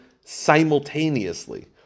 simultaneously